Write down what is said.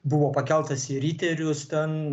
buvo pakeltas į riterius ten